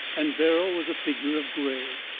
and verrall was a figure of gray.